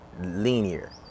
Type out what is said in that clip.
linear